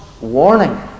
warning